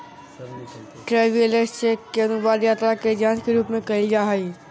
travellers cheque के अनुवाद यात्रा के जांच के रूप में कइल जा हइ